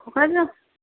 Kokrajhar